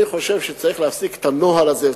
אני חושב שצריך להפסיק את הנוהל הזה.